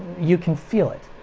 you can feel it.